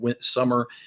summer